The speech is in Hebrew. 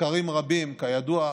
מחקרים רבים, כידוע,